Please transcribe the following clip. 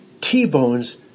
T-bones